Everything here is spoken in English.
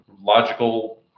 logical